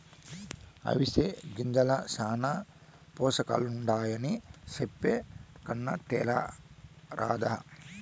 అవిసె గింజల్ల శానా పోసకాలుండాయని చెప్పే కన్నా తేరాదా